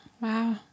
wow